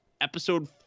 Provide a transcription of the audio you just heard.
episode